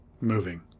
moving